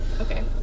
Okay